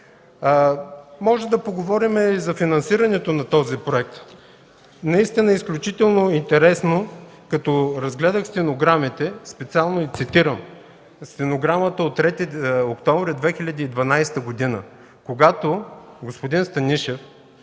Можем да поговорим и за финансирането на този проект. Наистина, изключително интересно. Като разгледах стенограмите, специално Ви цитирам стенограмата от 3 октомври 2012 г., когато господин Станишев